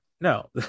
no